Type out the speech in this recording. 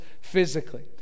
physically